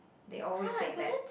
they always say that